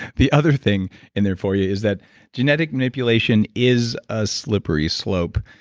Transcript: the other thing in there for you is that genetic manipulation is a slippery slope,